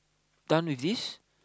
done with this